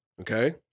Okay